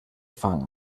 fang